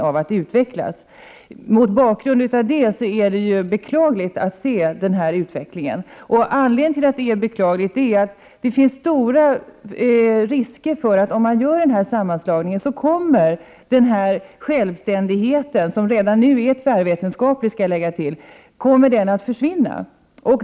Mot den bakgrunden är det beklagligt att se hurudan utvecklingen är nu. Om man gör en sådan sammanslagning finns det stora risker för att självständigheten, som redan nu är tvärvetenskaplig, kommer att försvinna.